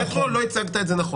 לא הצגת את זה נכון.